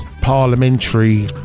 parliamentary